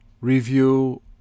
review